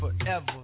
forever